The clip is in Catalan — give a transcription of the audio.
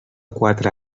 quatre